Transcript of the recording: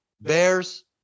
Bears